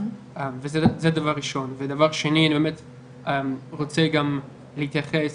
זה דבר ראשון ודבר שני אני באמת רוצה גם להתייחס